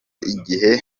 igihe